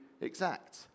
exact